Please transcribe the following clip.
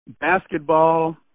basketball